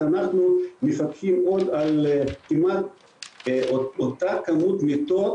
אנחנו מפקחים על כמעט אותה כמות מיטות,